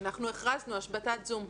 אנחנו הכרזנו: השבתת זום.